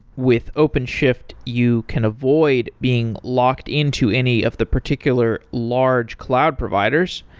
with openshift, you can avoid being locked into any of the particular large cloud providers.